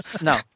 No